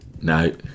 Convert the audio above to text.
no